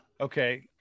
Okay